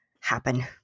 happen